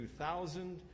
2000